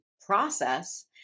process